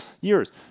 years